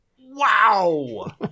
wow